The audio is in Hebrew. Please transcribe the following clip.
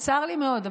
צר לי מאוד,